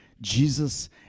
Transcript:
Jesus